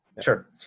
Sure